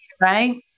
Right